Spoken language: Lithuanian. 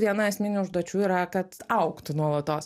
viena esminių užduočių yra kad augtų nuolatos